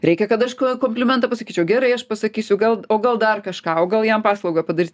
reikia kad aš ko komplimentą pasakyčiau gerai aš pasakysiu gal o gal dar kažką o gal jam paslaugą padarys